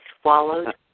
swallowed